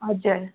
हजुर